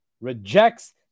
rejects